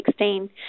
2016